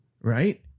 right